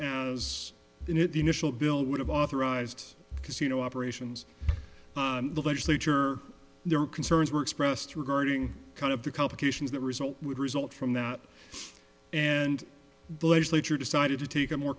it the initial bill would have authorized casino operations in the legislature there were concerns were expressed regarding kind of the complications that result would result from that and the legislature decided to take a more